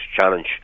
challenge